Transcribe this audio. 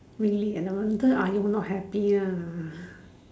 really ah no wonder ah you not happy ah